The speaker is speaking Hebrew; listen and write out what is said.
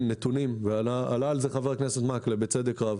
נתונים ועלה על זה חבר הכנסת מקלב בצדק רב.